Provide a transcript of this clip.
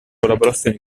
collaborazione